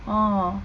ah